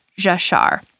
jashar